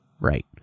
right